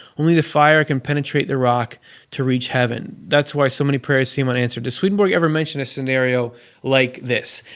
only the fire can penetrate the rock to reach heaven. that's why so many prayers seem unanswered. does swedenborg ever mention a scenario like this?